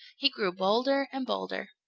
he grew bolder and bolder.